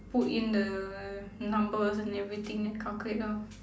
put in the numbers and everything then calculate lor